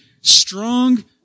strong